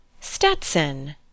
Stetson